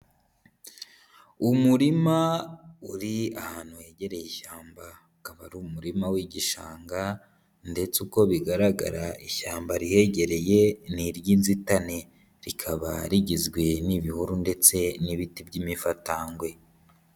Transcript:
Umurima uri ahantu hegereye ishyamba, akaba ari umurima w'igishanga ndetse uko bigaragara ishyamba rihegereye ni iry'inzitane, rikaba rigizwe n'ibihuru ndetse n'ibiti by'imifatangwe.